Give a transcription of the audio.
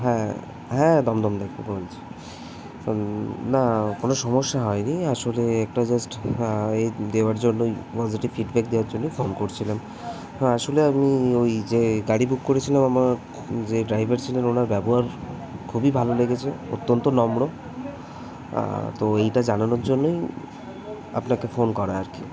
হ্যাঁ হ্যাঁ দমদম থেকে বলছি না কোনো সমস্যা হয় নি আসলে একটা জাস্ট হ্যাঁ এ দেওয়ার জন্যই পজিটিভ ফিডব্যাক দেওয়ার জন্য ফোন করছিলাম হ্যাঁ আসলে আমি ওই যে গাড়ি বুক করেছিলাম আমার যে ড্রাইভার ছিলেন ওনার ব্যবহার খুবই ভালো লেগেছে অত্যন্ত নম্র তো এইটা জানানোর জন্যই আপনাকে ফোন করা আর কি